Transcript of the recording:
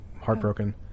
heartbroken